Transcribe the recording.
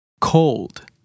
Cold